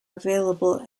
available